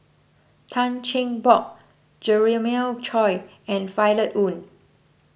Tan Cheng Bock Jeremiah Choy and Violet Oon